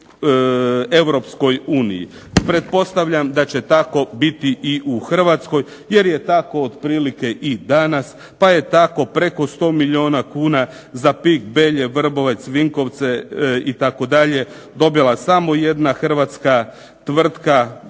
uniji. Pretpostavljam da će tako biti i u Hrvatskoj, jer je tako otprilike i danas, pa je tako preko 100 milijuna kuna za Pik, Belje, Vrbovec, Vinkovce itd. dobila samo jedna hrvatska tvrtka.